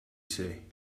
say